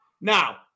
now